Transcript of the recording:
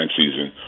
season